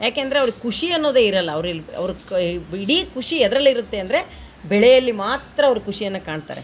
ಏಕೆಂದರೆ ಅವ್ರಿಗೆ ಖುಷಿ ಅನ್ನೋದೆ ಇರೊಲ್ಲ ಅವ್ರಲ್ಲಿ ಅವ್ರ ಕೈ ಇಡೀ ಖುಷಿ ಯದ್ರಲ್ಲೇ ಇರುತ್ತೆ ಅಂದರೆ ಬೆಳೆಯಲ್ಲಿ ಮಾತ್ರ ಅವ್ರು ಖುಷಿಯನ್ನು ಕಾಣ್ತಾರೆ